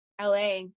la